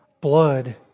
blood